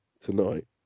tonight